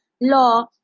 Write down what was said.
law